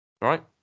Right